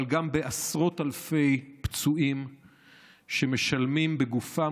אבל גם בעשרות אלפי פצועים שמשלמים בגופם